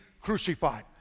crucified